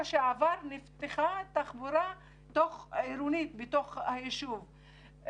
שעבר נפתחה תחבורה תוך עירונית בתוך הישוב.